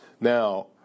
Now